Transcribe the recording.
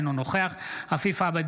אינו נוכח עפיף עבד,